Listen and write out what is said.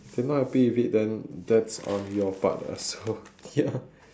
they not happy with it then that's on your part lah so ya